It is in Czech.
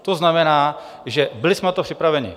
To znamená, že byli jsme na to připraveni.